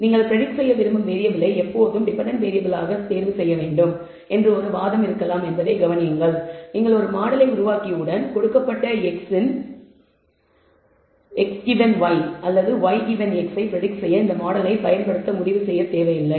நீங்கள் பிரடிக்ட் செய்ய விரும்பும் வேறியபிளை எப்போதும் டெபென்டென்ட் வேறியபிள் ஆக தேர்வு செய்ய வேண்டும் என்று ஒரு வாதம் இருக்கலாம் என்பதைக் கவனியுங்கள் நீங்கள் ஒரு மாடலை உருவாக்கியவுடன் கொடுக்கப்பட்ட x கிவென் y ஐ அல்லது y கிவென் x ஐ பிரடிக்ட் செய்ய இந்த மாடலை பயன்படுத்த முடிவு செய்ய தேவையில்லை